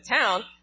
town